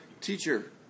teacher